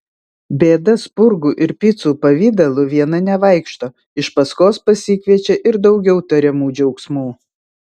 bėda spurgų ir picų pavidalu viena nevaikšto iš paskos pasikviečia ir daugiau tariamų džiaugsmų